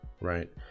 right